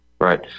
right